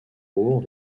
bourgs